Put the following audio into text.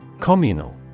Communal